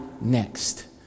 next